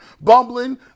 bumbling